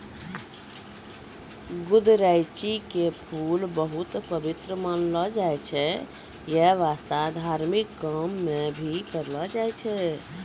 गुदरैंची के फूल बहुत पवित्र मानलो जाय छै यै वास्तं धार्मिक काम मॅ भी करलो जाय छै